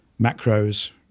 macros